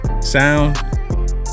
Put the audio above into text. Sound